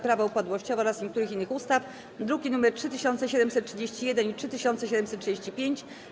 Prawo upadłościowe oraz niektórych innych ustaw (druki nr 3731 i 3735)